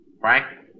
Frank